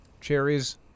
cherries